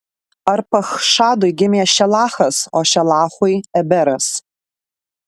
arpachšadui gimė šelachas o šelachui eberas